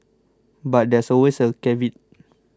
but there's always a caveat